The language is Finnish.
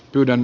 yhden